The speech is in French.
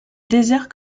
désert